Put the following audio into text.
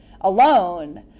alone